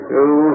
Two